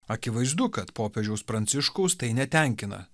akivaizdu kad popiežiaus pranciškaus tai netenkina